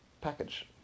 package